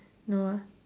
no ah